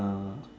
ah